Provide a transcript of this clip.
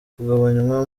kugabanywa